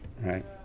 right